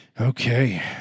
Okay